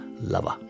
lover